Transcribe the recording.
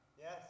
Yes